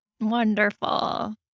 Wonderful